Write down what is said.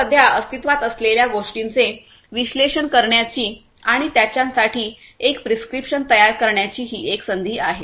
तर सध्या अस्तित्त्वात असलेल्या गोष्टींचे विश्लेषण करण्याची आणि त्यांच्यासाठी एक प्रिस्क्रिप्शन तयार करण्याची ही एक संधी आहे